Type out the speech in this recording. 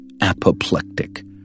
apoplectic